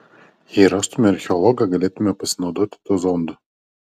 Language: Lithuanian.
jei rastumėme archeologą galėtumėme pasinaudoti tuo zondu